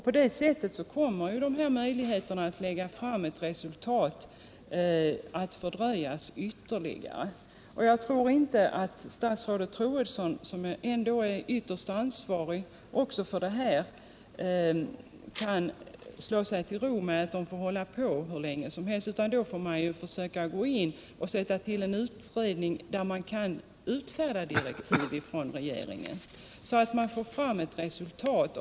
På det sättet kommer ju resultatet att fördröjas ytterligare, och jag tror inte att statsrådet Troedsson, som ändå är ytterst ansvarig också för det här, kan slå sig till ro och låta arbetsgruppen hålla på hur länge som helst, utan om det går så långsamt får man försöka gå in och sätta till en utredning, där regeringen kan utfärda direktiv, så att man får fram ett resultat.